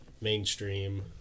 mainstream